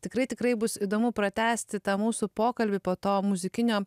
tikrai tikrai bus įdomu pratęsti tą mūsų pokalbį po to muzikinio